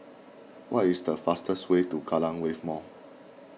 what is the fastest way to Kallang Wave Mall